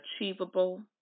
achievable